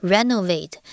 Renovate